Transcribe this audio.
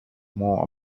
more